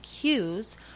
cues –